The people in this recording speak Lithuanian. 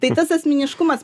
tai tas asmeniškumas